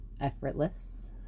effortless